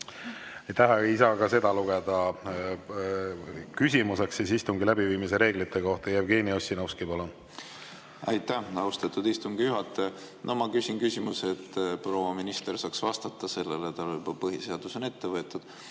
Ei saa ka seda lugeda küsimuseks istungi läbiviimise reeglite kohta. Jevgeni Ossinovski, palun! Aitäh, austatud istungi juhataja! No ma küsin küsimuse, et proua minister saaks vastata sellele. Tal on põhiseadus ette võetud.